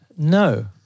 No